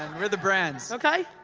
and we're the brands. okay.